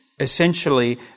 Essentially